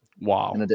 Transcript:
Wow